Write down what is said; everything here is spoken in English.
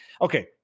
Okay